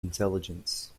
intelligence